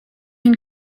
ein